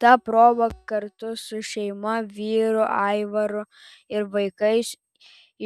ta proga kartu su šeima vyru aivaru ir vaikais